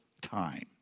time